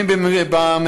לא